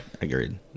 Agreed